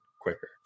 quicker